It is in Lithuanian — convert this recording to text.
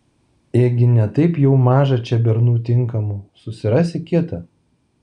ėgi ne taip jau maža čia bernų tinkamų susirasi kitą